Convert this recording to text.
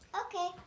Okay